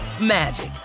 magic